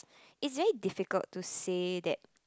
it's very difficult to say that